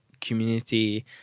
community